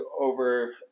over